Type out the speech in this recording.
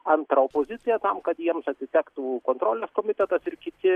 antrą opoziciją tam kad jiems atitektų kontrolės komitetas ir kiti